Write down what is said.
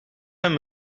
hem